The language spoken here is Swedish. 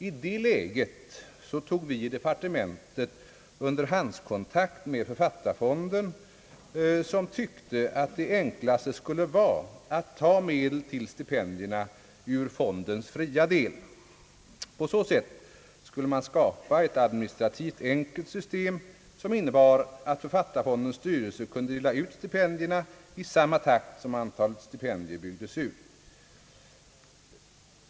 I det läget tog vi i departementet underhandskontakt med författarfonden, som tyckte att det enklaste skulle vara att ta medel till stipendierna ur fondens fria del. På så sätt skulle man skapa ett administrativt enkelt system, som innebar att författarfondens styrelse kunde dela ut stipendierna i samma takt som antalet stipendier byggdes ut.